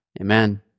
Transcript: amen